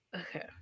Okay